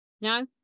No